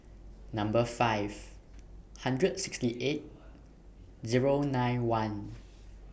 Number five Number sixty eight Zero nine one